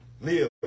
live